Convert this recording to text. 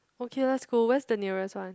okay let's go where's the nearest one